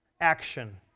action